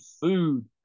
food